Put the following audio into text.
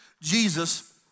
Jesus